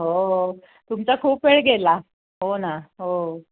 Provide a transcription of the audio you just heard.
हो तुमचा खूप वेळ गेला हो ना हो